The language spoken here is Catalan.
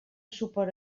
suport